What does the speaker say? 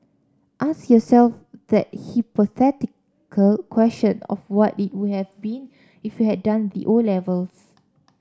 ask yourself that hypothetical question of what it would have been if you had done the O levels